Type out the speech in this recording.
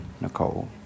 Nicole